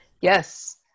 Yes